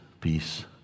peace